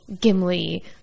Gimli